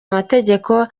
amategeko